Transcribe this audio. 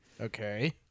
okay